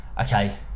okay